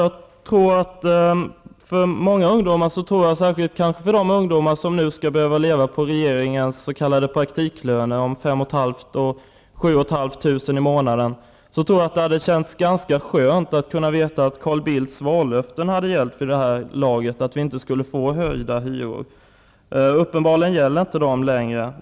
Herr talman! För många ungdomar, kanske särskilt för dem som nu skall leva på regeringens s.k. praktiklöner om 5 500 -- 7 500 kr. i månaden, hade det känts ganska skönt att veta att Carl Bildts vallöfte att vi inte skulle få några hyreshöjningar hade gällt vid det här laget. Uppenbarligen gäller det inte längre.